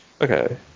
Okay